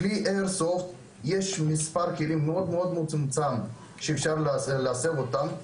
בכלי האיירסופט יש מספר כלים מאוד מצומצם שאפשר להסב אותם,